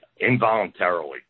involuntarily